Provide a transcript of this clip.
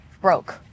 broke